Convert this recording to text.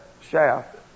shaft